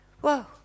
Whoa